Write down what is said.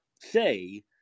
say